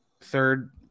third